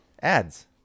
ads